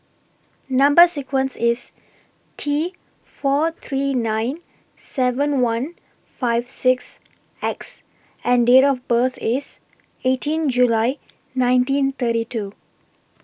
Number sequence IS T four three nine seven one five six X and Date of birth IS eighteen July nineteen thirty two